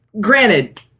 Granted